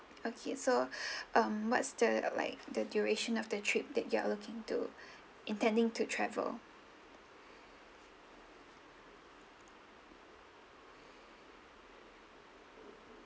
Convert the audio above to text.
okay so um what's the like the duration of the trip that you're looking to intending to travel